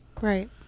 Right